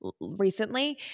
recently